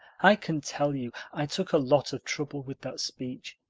i can tell you i took a lot of trouble with that speech.